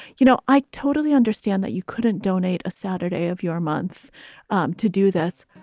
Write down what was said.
you know, i totally understand that you couldn't donate a saturday of your month um to do this,